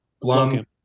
Blum